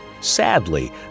Sadly